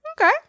Okay